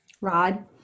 Rod